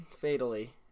fatally